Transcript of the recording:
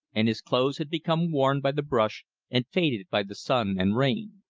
and his clothes had become worn by the brush and faded by the sun and rain.